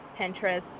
Pinterest